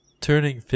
turning